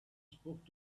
spoke